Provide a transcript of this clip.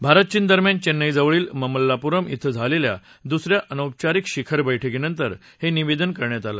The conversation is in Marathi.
भारत चीन दरम्यान चेन्नईजवळील मामल्लपुरम कें झालेल्या दुस या अनौपचारिक शिखर बैठकीनंतर हे निवेदन करण्यात आले